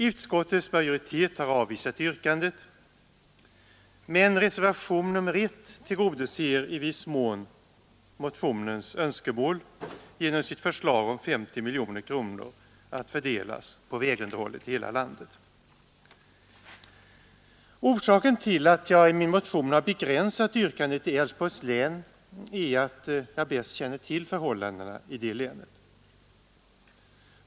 Utskottets majoritet har avvisat yrkandet, men reservationen 1 tillgodoser i viss mån motionens önskemål genom sitt förslag om 50 miljoner kronor att fördelas på vägunderhållet i hela landet. Orsaken till att jag i min motion har begränsat yrkandet till Älvsborgs län är att jag bäst känner till förhållandena i det länet.